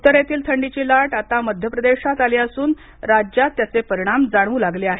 उत्तरेतील थंडीची लाट आता मध्यप्रदेशात आली असून राज्यात त्याचे परिणाम जाणवू लागले आहेत